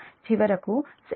చివరకు 75 మీ 6 p